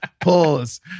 Pause